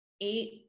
eight